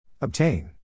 Obtain